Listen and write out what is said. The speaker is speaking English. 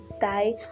die